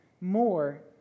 more